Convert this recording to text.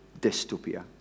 dystopia